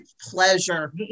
pleasure